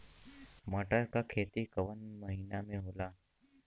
मटर क खेती कवन महिना मे होला?